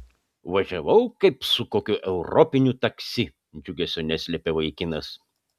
važiavau kaip su kokiu europiniu taksi džiugesio neslėpė vaikinas